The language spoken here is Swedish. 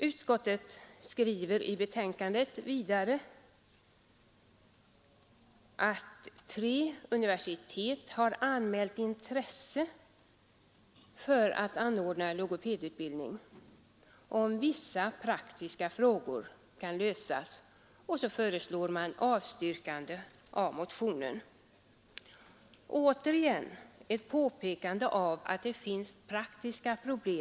Utskottet skriver i betänkandet att tre universitet har anmält intresse för att anordna en logopedutbildning om vissa praktiska frågor kan lösas, och så avstyrker utskottet motionen.